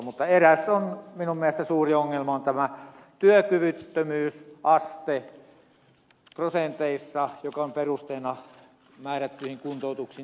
mutta eräs minun mielestäni suuri ongelma on tämä työkyvyttömyysaste prosenteissa joka on perusteena määrättyihin kuntoutuksiin